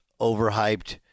overhyped